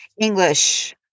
English